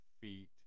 feet